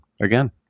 again